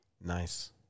Nice